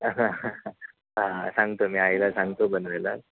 हां सांगतो मी आईला सांगतो बनवायला